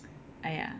!aiya!